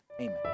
Amen